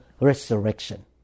resurrection